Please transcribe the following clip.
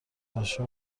بشه